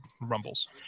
rumbles